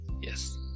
Yes